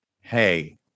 hey